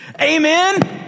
Amen